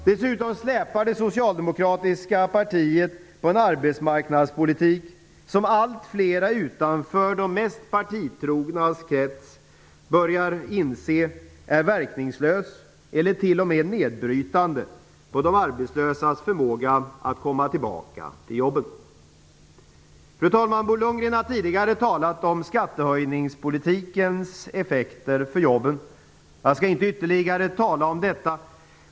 Dessutom släpar det socialdemokratiska partiet på en arbetsmarknadspolitik som allt fler utanför de mest partitrognas krets börjar inse är verkningslös eller t.o.m. nedbrytande på de arbetslösas förmåga att komma tillbaka till jobben. Fru talman! Bo Lundgren har tidigare talat om skattehöjningspolitikens effekter för jobben, så jag skall inte tala ytterligare om detta.